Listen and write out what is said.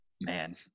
Man